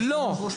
זה מה שאתה אומר?